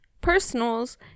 personals